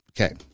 Okay